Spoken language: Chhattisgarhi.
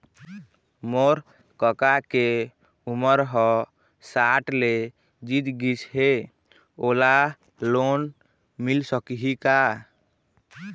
मोर कका के उमर ह साठ ले जीत गिस हे, ओला लोन मिल सकही का?